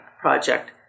project